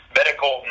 Medical